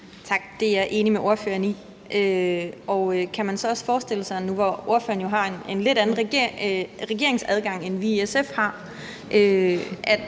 Tak. Det er jeg enig med ordføreren i. Kan man så også forestille sig nu, hvor ordføreren jo har en lidt anden regeringsadgang, end vi i SF har,